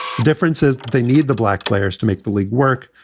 the difference is they need the black players to make the league work.